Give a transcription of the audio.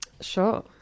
Sure